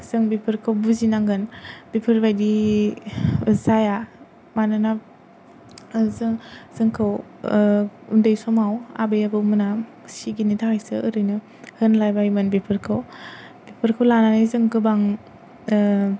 जों बेफोरखौ बुजिनांगोन बेफोरबायदि जाया मानोना जों जोंखौ उन्दै समाव आबै आबौमोना सिगिनो थाखायसो ओरैनो होनलाबायोमोन बेफोरखौ बेफोरखौ लानानै जों गोबां